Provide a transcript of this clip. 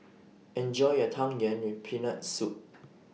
Enjoy your Tang Yuen with Peanut Soup